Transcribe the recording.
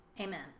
Amen